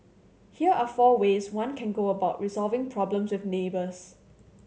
here are four ways one can go about resolving problems with neighbours